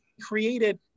created